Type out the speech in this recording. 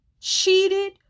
cheated